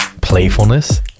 playfulness